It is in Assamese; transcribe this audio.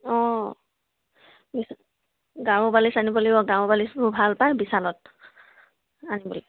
অঁ গাৰু বালিচ আনিব লাগিব গাৰু বালিচবোৰ ভাল পায় বিশালত আনিবলৈ